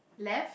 left